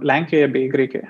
lenkijoje bei graikijoje